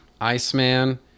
Iceman